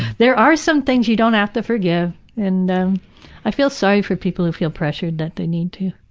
there are some things you don't have to forgive and i feel sorry for people who feel pressured that they need to.